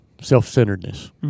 self-centeredness